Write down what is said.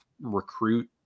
recruit